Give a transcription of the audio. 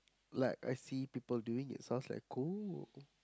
like I see people doing it sounds like cool